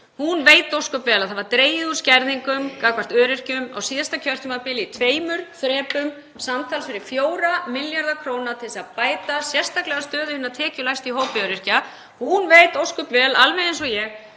Hún veit ósköp vel að dregið var úr skerðingum gagnvart öryrkjum á síðasta kjörtímabili í tveimur þrepum, samtals fyrir 4 milljarða kr., til þess að bæta sérstaklega stöðu hinna tekjulægstu í hópi öryrkja. Hún veit ósköp vel, alveg eins og ég,